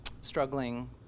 struggling